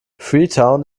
freetown